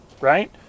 right